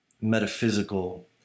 metaphysical